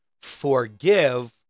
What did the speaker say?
forgive